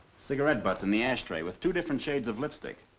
cigarette butts in the ashtray with two different shades of lipstick.